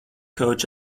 coach